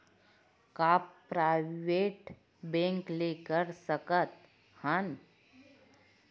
का private bank ले कर सकत हन?